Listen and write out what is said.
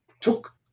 took